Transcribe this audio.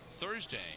Thursday